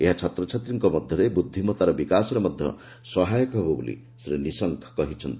ଏହା ଛାତ୍ରଛାତ୍ରୀମାନଙ୍କ ମଧ୍ୟରେ ବୁଦ୍ଧିମତାର ବିକାଶରେ ମଧ୍ୟ ସହାୟକ ହେବ ବୋଲି ଶ୍ରୀ ନିଶଙ୍କ କହିଛନ୍ତି